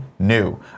New